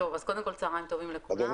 קודם כל צהריים טובים לכולם.